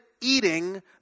eating